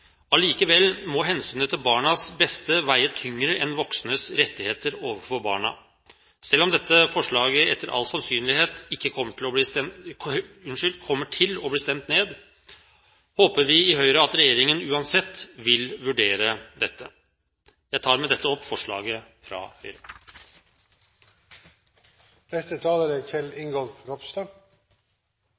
allikevel må hensynet til barnas beste veie tyngre enn voksnes rettigheter overfor barna. Selv om dette forslaget etter all sannsynlighet kommer til å bli stemt ned, håper vi i Høyre at regjeringen uansett vil vurdere dette. Jeg tar med dette opp forslaget fra Høyre. Representanten Anders B. Werp har tatt opp det forslaget han refererte til. Kristelig Folkeparti synes det er